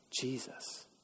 Jesus